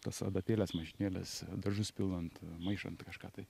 tas adatėles mašinėles dažus pilant maišant kažką tai